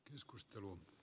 keskustelu